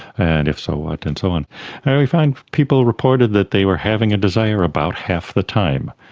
and if so, what? and so and and we found people reported that they were having a desire about half the time,